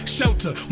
Shelter